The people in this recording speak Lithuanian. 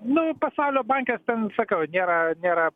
nu pasaulio bankas ten sakau nėra nėra